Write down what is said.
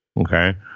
Okay